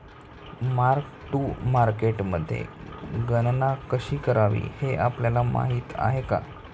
Mark to मार्केटमध्ये गणना कशी करावी हे आपल्याला माहित आहे का?